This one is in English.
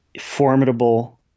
formidable